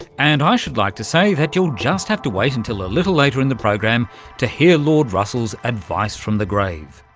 and i should like to say that you'll have to wait until a little later in the program to hear lord russell's advice from the grave.